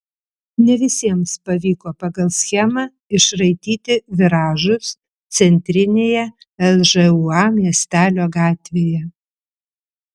ne visiems pavyko pagal schemą išraityti viražus centrinėje lžūa miestelio gatvėje